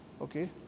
okay